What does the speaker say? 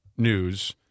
News